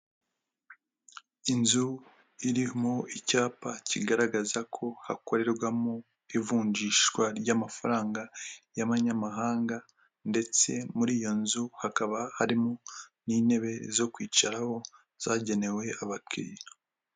Inzu iri mu icyapa kigaragaza ko hakorerwamo ivunjishwa ry'amafaranga y'abanyamahanga ndetse muri iyo nzu hakaba harimo n'intebe zo kwicaraho zagenewe abakiriya.